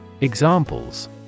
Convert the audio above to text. Examples